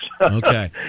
okay